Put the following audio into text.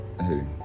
hey